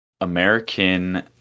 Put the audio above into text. American